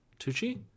Tucci